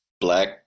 black